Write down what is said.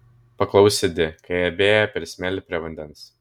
paklausė di kai abi ėjo per smėlį prie vandens